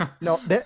No